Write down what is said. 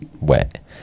wet